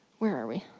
where are we?